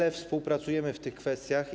Dużo współpracujemy w tych kwestiach.